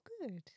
good